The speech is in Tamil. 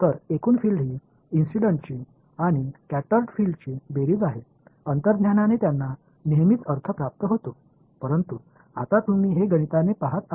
எனவே டோடல் ஃபில்டுஎன்பது சம்பவத்தின் கூட்டுத்தொகை மற்றும் ஸ்கடா்டு ஃபில்டு உள்ளுணர்வாக அவை எப்போதும் உணரப்படுகின்றன ஆனால் இப்போது நாம் அதை கணித ரீதியாகப் பார்க்கிறோம்